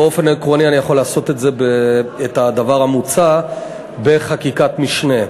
באופן עקרוני אני יכול לעשות את הדבר המוצע בחקיקת משנה.